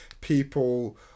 people